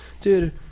dude